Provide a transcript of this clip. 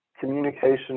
communication